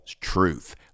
truth